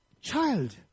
child